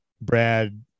Brad